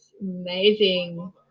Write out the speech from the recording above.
amazing